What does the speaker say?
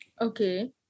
Okay